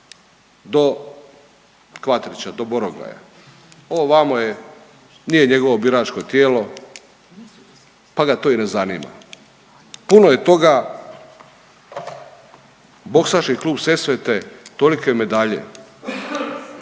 do Kvatrića, do Borongaja. Ovo vamo je, nije njegovo biračko tijelo pa ga to i ne zanima. Puno je toga. Boksački klub „Sesvete“ tolike medalje,